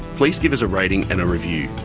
please give us a rating and a review.